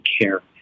Care